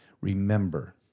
Remember